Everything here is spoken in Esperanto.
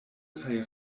kaj